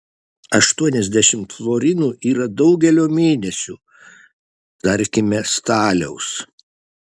aštuoniasdešimt florinų yra daugelio mėnesių tarkime staliaus